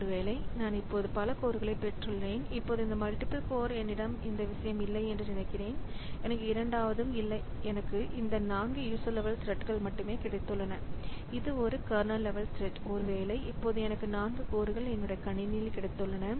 ஒருவேளை நான் இப்போது பல கோர்களைப் பெற்றுள்ளேன் இப்போது இந்த மல்டிபிள் கோர் என்னிடம் இந்த விஷயம் இல்லை என்று நினைக்கிறேன் எனக்கு இரண்டாவது இல்லை எனக்கு இந்த 4 யூசர் லெவல் த்ரெட்கள் மட்டுமே கிடைத்துள்ளன இது ஒரு கர்னல் லெவல் த்ரெட் ஒருவேளை இப்போது எனக்கு 4 கோர்கள் என்னுடைய கணினியில் கிடைத்துள்ளன